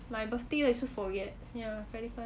my birthday you also forget ya Pelican